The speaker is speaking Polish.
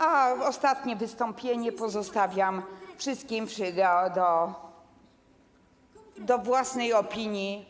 A ostatnie wystąpienie pozostawiam wszystkim do własnej opinii.